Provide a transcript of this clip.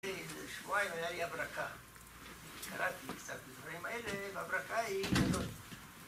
שבועיים היה לי הברקה קראתי קצת את הדברים האלה והברקה היא